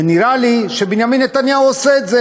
ונראה לי שבנימין נתניהו עושה את זה,